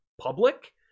public